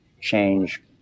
change